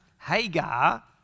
Hagar